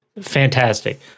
Fantastic